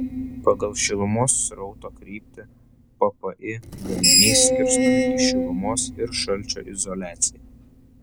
pagal šilumos srauto kryptį ppi gaminiai skirstomi į šilumos ir šalčio izoliaciją